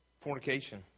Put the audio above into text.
Fornication